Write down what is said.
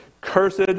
Cursed